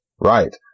right